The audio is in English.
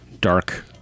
dark